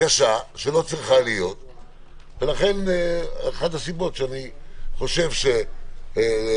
קשה שלא צריכה להיות וזו אחת הסיבות שאני חושב שהלחץ,